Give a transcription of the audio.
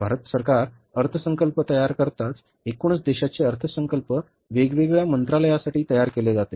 भारत सरकार अर्थसंकल्प तयार करताच एकूणच देशाचे अर्थसंकल्प वेगवेगळ्या मंत्रालयांसाठी तयार केले जाते